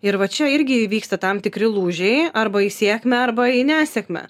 ir va čia irgi įvyksta tam tikri lūžiai arba į sėkmę arba į nesėkmę